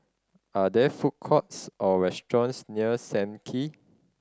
are there food courts or restaurants near Sam Kee